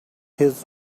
his